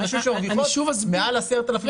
הן נשים שמרוויחות מעל 10,000 שקלים.